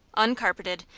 uncarpeted,